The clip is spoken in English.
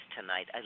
tonight